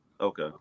okay